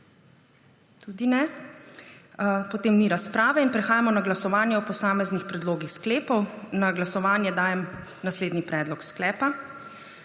(Tudi ne.) Ugotavljam, da ni razprave, zato prehajamo na glasovanje o posameznih predlogih sklepov. Na glasovanje dajem naslednji predlog sklepa: